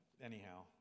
anyhow